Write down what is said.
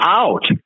out